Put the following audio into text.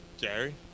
Gary